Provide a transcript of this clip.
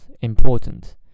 important